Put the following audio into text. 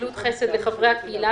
פעילות חסד לחברי הקהילה